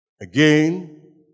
Again